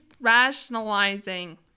rationalizing